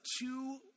two